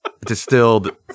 distilled